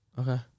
Okay